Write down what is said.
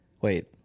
wait